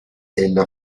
ella